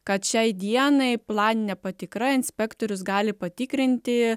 kad šiai dienai planinė patikra inspektorius gali patikrinti